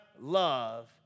love